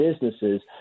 businesses